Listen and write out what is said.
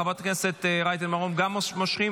חברת הכנסת רייטן מרום, גם מושכת?